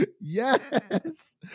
Yes